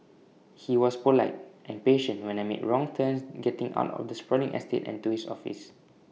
he was polite and patient when I made wrong turns getting out of the sprawling estate and to his office